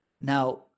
Now